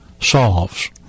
Solves